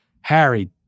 Harry